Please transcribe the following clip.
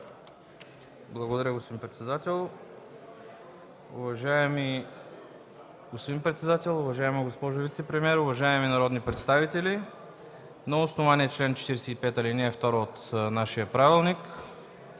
Уважаеми господин председател, уважаема госпожо вицепремиер, уважаеми народни представители, на основание чл. 45, ал. 2 от нашия правилник